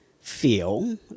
feel